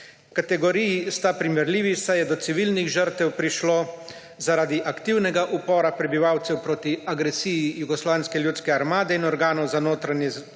Kategoriji sta primerljivi, saj je do civilnih žrtev prišlo zaradi aktivnega upora prebivalcev proti agresiji Jugoslovanske ljudske armade in organov za notranje zadeve